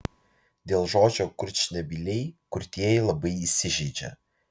dėl žodžio kurčnebyliai kurtieji labai įsižeidžia